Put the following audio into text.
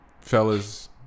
fellas